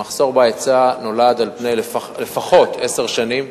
המחסור בהיצע נולד לפחות על פני עשר שנים,